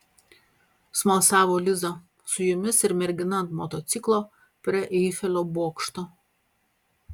smalsavo liza su jumis ir mergina ant motociklo prie eifelio bokšto